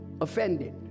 offended